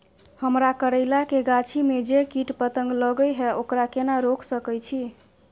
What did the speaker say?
हमरा करैला के गाछी में जै कीट पतंग लगे हैं ओकरा केना रोक सके छी?